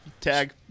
Tag